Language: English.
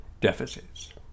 deficits